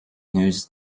news